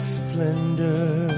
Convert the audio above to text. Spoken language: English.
splendor